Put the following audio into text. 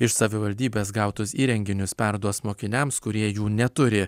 iš savivaldybės gautus įrenginius perduos mokiniams kurie jų neturi